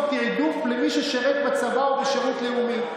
תיעדוף למי ששירת בצבא ובשירות לאומי,